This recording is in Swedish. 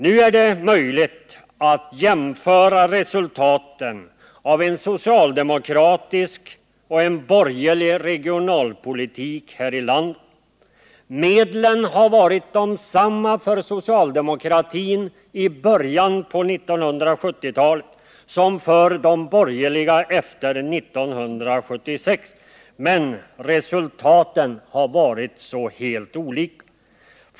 Nu är det möjligt att jämföra resultaten av en socialdemokratisk och en borgerlig regionalpolitik här i landet. Medlen har varit desamma för socialdemokraterna i början på 1970-talet och för de borgerliga efter 1976, men resultaten så helt olika.